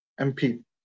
mp